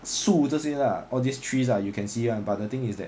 树这些 lah all these trees ah you can see [one] but the thing is that